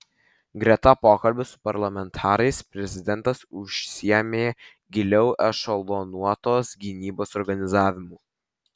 greta pokalbių su parlamentarais prezidentas užsiėmė giliau ešelonuotos gynybos organizavimu